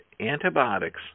antibiotics